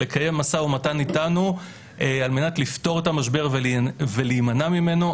לקיים משא ומתן איתנו על מנת לפתור את המשבר ולהימנע ממנו.